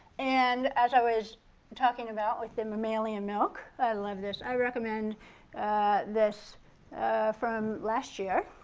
and as i was talking about with the mammalian milk, i love this, i recommend this from last year.